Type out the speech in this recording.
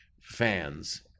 fans